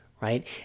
right